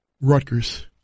Rutgers